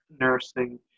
nursing